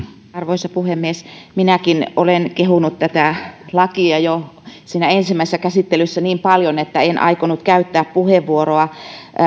arvoisa puhemies minäkin olen kehunut tätä lakia jo ensimmäisessä käsittelyssä niin paljon etten aikonut käyttää puheenvuoroa